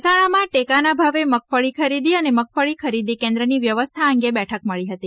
મહેસાણામાં ટેકાના ભાવે મગફળી ખરીદી અને મગફળી ખરીદી કેન્દ્રની વ્યવસ્થા અંગે બેઠક મળી હતી